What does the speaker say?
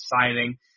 signing